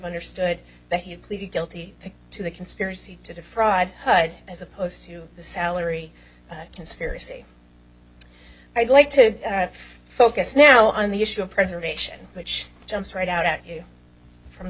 understood that he had pleaded guilty to the conspiracy to defraud but as opposed to the salary of conspiracy i'd like to focus now on the issue of preservation which jumps right out at you from the